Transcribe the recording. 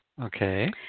Okay